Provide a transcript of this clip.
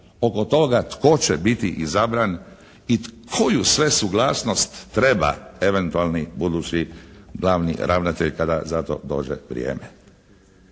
oko toga tko će biti izabran i koju sve suglasnost treba eventualni budući glavni ravnatelj kada za to dođe vrijeme.